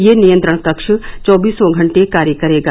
यह नियंत्रण कक्ष चौबीसों घंटे कार्य करेगा